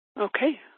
Okay